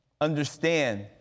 understand